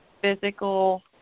physical